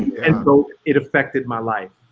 and so it affected my life.